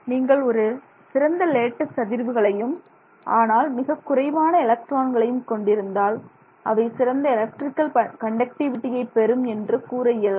நீங்கள் ஒரு சிறந்த லேட்டிஸ் அதிர்வுகளையும் ஆனால் மிகக்குறைவான எலக்ட்ரான்களையும் கொண்டிருந்தால் அவை சிறந்த எலக்ட்ரிக்கல் கண்டக்டிவிடியை பெறும் என்று கூற இயலாது